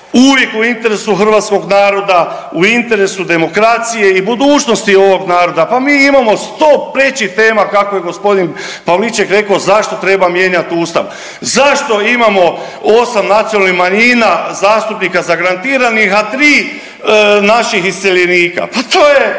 uvijek u interesu hrvatskog naroda, u interesu demokracije i budućnosti ovog naroda. Pa mi imamo 100 prečih tema kako je gospodin Pavliček rekao zašto treba mijenjati Ustav. Zašto imamo 8 nacionalnih manjina zastupnika zagarantiranih, a tri naših iseljenika. Pa to je,